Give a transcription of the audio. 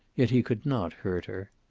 yet he could not hurt her.